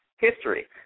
history